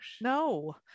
No